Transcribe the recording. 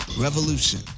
revolution